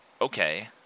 Okay